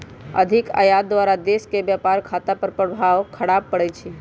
अधिक आयात द्वारा देश के व्यापार खता पर खराप प्रभाव पड़इ छइ